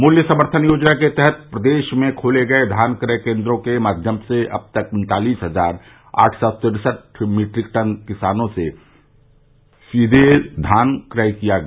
मूल्य सर्म्थन योजना के तहत प्रदेश में खोले गए धान क्रय केन्द्रों के माध्यम से अब तक उन्तालिस हजार आठ सौ तिरसठ मीट्रिक टन धान किसानों से सीवे क्रय किया गया